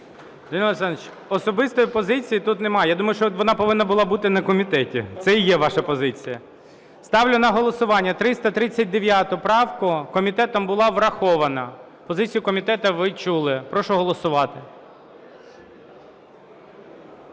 Данило Олександрович, особистої позиції тут немає. Я думаю, що вона повинна бути на комітеті. Це і є ваша позиція. Ставлю на голосування 339 правку. Комітетом була врахована. Позицію комітету ви чули. Прошу голосувати.